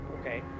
Okay